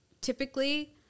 typically